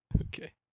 Okay